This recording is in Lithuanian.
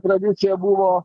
tradicija buvo